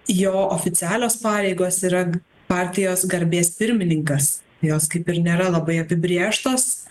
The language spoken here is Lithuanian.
jo oficialios pareigos yra partijos garbės pirmininkas jos kaip ir nėra labai apibrėžtos